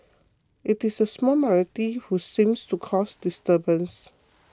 it is a small minority who seem to cause disturbance